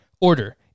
Order